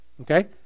Okay